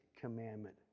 commandment